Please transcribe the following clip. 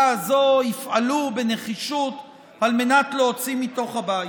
הזאת יפעלו בנחישות על מנת להוציא מתוך הבית.